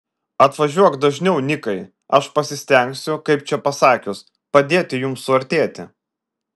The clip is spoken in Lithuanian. atvažiuok dažniau nikai aš pasistengsiu kaip čia pasakius padėti jums suartėti